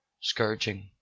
scourging